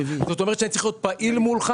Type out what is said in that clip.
זאת אומרת שאני צריך להיות פעיל מולך,